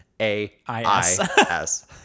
A-I-S